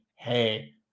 Hey